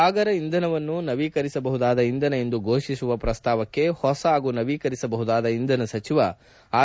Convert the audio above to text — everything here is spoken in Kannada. ಸಾಗರ ಇಂಧನವನ್ನು ನವೀಕರಿಸಬಹುದಾದ ಇಂಧನ ಎಂದು ಘೋಷಿಸುವ ಪ್ರಸ್ತಾವಕ್ಕೆ ಹೊಸ ಹಾಗೂ ನವೀಕರಿಸಬಹುದಾದ ಇಂಧನ ಸಚಿವ ಆರ್